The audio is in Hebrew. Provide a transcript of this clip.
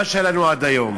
מה שהיה לנו עד היום.